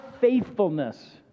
faithfulness